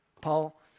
Paul